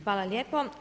Hvala lijepo.